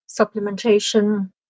Supplementation